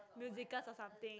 musicals or something